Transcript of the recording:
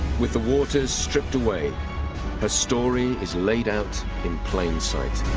with the waters stripped away her story is laid out in plain sight.